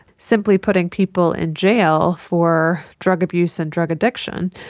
simply putting people in jail for drug abuse and drug addiction,